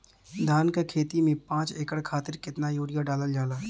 धान क खेती में पांच एकड़ खातिर कितना यूरिया डालल जाला?